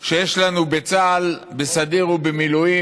שיש לנו בצה"ל, בסדיר ובמילואים,